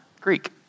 Greek